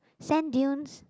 sand dunes